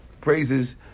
praises